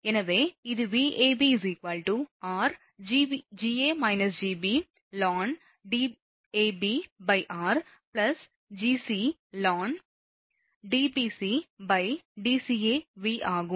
எனவே இது Vab r ln Dabr Gcln DbcDca V ஆகும்